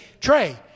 Trey